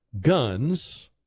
guns